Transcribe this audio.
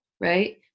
right